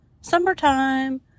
Summertime